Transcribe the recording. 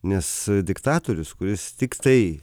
nes diktatorius kuris tiktai